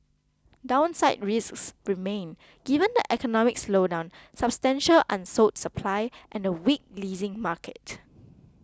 downside risks remain given the economic slowdown substantial unsold supply and a weak leasing market